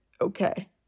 okay